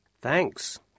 Thanks